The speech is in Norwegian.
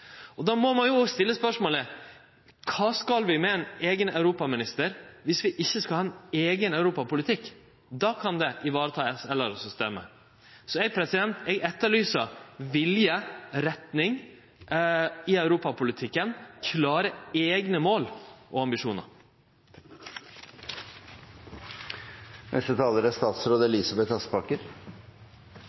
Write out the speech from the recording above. må ein jo òg stille spørsmålet: Kva skal vi med ein eigen europaminister dersom vi ikkje skal ha ein eigen europapolitikk? Då kan det vareta systemet. Så eg etterlyser vilje, retning i europapolitikken, klare eigne mål og ambisjonar. Jeg er